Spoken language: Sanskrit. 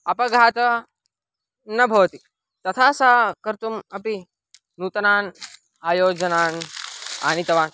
अपघातः न भवति तथा सः कर्तुम् अपि नूतनान् आयोजनान् आनीतवान्